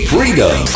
Freedom